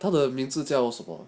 它的名字叫什么